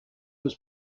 was